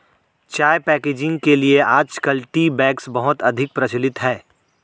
चाय पैकेजिंग के लिए आजकल टी बैग्स बहुत अधिक प्रचलित है